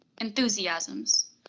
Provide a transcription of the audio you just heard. enthusiasms